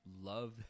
love